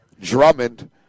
Drummond